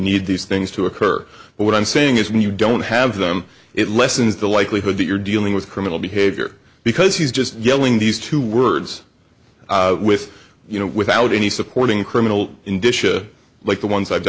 need these things to occur but what i'm saying is when you don't have them it lessens the likelihood that you're dealing with criminal behavior because he's just yelling these two words with you know without any supporting criminal in disha like the one